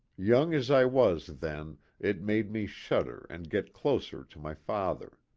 young as i was then it made me shudder and get closer to my father.